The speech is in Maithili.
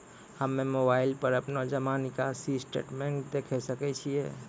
हम्मय मोबाइल पर अपनो जमा निकासी स्टेटमेंट देखय सकय छियै?